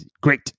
great